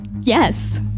Yes